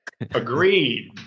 Agreed